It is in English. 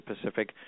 Pacific